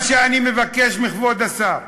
מה שאני מבקש מכבוד השר,